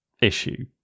issue